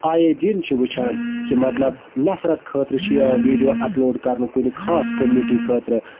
آیے دِن چھِ وٕچھان کہِ مَطلَب نَفرَت خٲطرٕ چھِ یِوان ویٖڈیو اَپلوڈ کَرنہٕ کُنہِ خاص کوٚمنِٹی خٲطرٕ